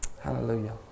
Hallelujah